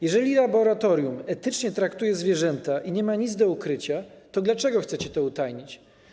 Jeżeli laboratorium etycznie traktuje zwierzęta i nie ma nic do ukrycia, to dlaczego chcecie to utajnić?